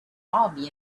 army